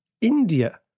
India